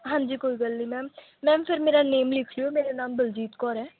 ਹਾਂਜੀ ਕੋਈ ਗੱਲ ਨਹੀਂ ਮੈਮ ਮੈਮ ਫਿਰ ਮੇਰਾ ਨੇਮ ਲਿਖ ਲਿਓ ਮੇਰਾ ਨਾਮ ਬਲਜੀਤ ਕੌਰ ਹੈ